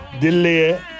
delay